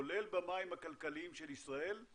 כולל במים הכלכליים של ישראל,